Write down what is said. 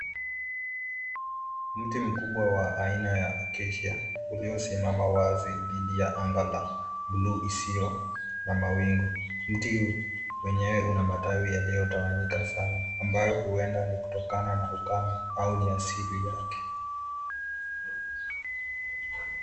Mti mkubwa wa aina ya cs[acacia]cs uliyosimama wazi dhidi ya anga la cs[blue]cs isiyo la mawingu. Mti wenyewe una matawi yaliyotawanyika sana ambayo huenda ni kutokana na ukame au ni asili yake.